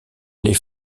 les